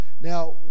Now